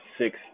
six